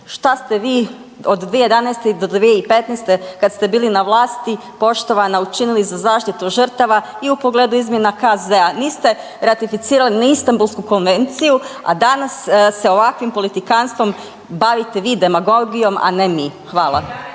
Šta ste vi od 2011. I do 2015. kad ste bili na vlasti poštovana učinili za zaštitu žrtava i u pogledu izmjena KZ-a? Niste ratificirali ni Istambulsku konvenciju, a danas sa ovakvim politikantstvom bavite vi demagogijom, a ne mi. Hvala.